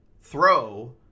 throw